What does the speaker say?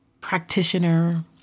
practitioner